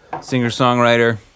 singer-songwriter